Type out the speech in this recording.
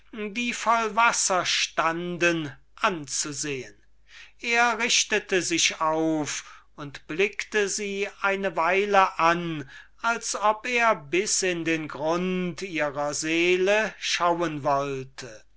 die voller wasser standen anzusehen er richtete sich auf und sahe sie eine weile an als ob er bis in den grund ihrer seele schauen wollte